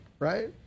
Right